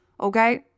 Okay